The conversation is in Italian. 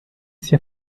sia